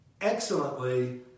excellently